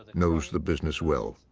knows the business well.